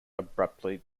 abruptly